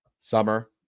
summer